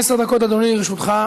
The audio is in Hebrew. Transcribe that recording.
עשר דקות, אדוני, לרשותך.